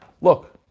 look